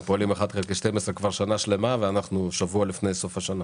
פועלים 1 חלקי 12 כבר שנה שלמה ואנחנו שבוע לפני סוף השנה.